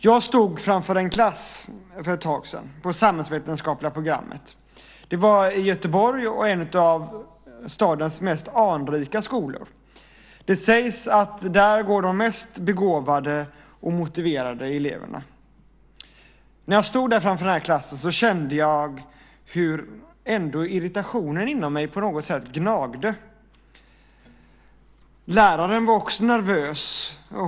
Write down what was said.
Jag stod framför en klass på samhällsvetenskapliga programmet för ett tag sedan. Det var i Göteborg och en av stadens mest anrika skolor. Det sägs att där går de mest begåvade och motiverade eleverna. När jag stod framför klassen kände jag ändå hur irritationen inom mig på något sätt gnagde. Läraren var också nervös.